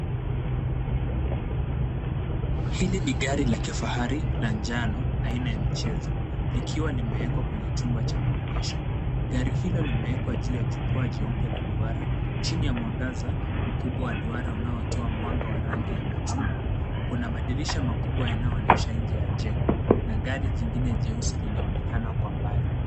Hili ni gari la kifahari la njano aina ya mchezo likiwa limewekwa kwa jumba cha maonyesho. Gari hilo limewekwa juu ya jukwaa jeupe la duara chini ya mwangaza mkubwa wa duara unaotoa mwanga wa rangi ya machungwa. Kuna madirisha makubwa yanayoonyesha nje ya jengo na gari jingine jeusi linaonekana kwa mbali.